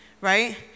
right